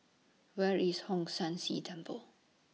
Where IS Hong San See Temple